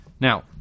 Now